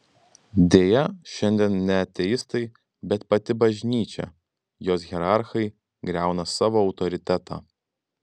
deja šiandien ne ateistai bet pati bažnyčia jos hierarchai griauna savo autoritetą